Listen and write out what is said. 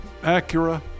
Acura